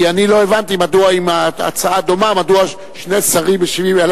כי אני לא הבנתי: אם ההצעה דומה מדוע שני שרים משיבים?